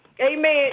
Amen